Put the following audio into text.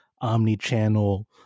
omni-channel